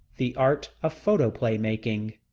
the art of photoplay making.